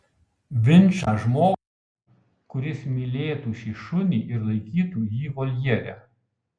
vinčą žmogui kuris mylėtų šį šunį ir laikytų jį voljere